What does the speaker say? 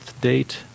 date